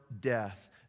death